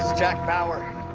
jack bauer.